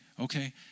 okay